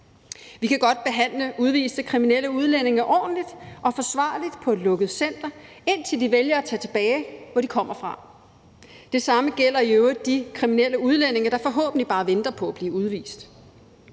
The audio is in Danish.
Vi kan godt behandle udviste kriminelle udlændinge ordentligt og forsvarligt på et lukket center, indtil de vælger at tage tilbage, hvor de kommer fra. Det samme gælder i øvrigt de kriminelle udlændinge, der forhåbentlig bare venter på at blive udvist.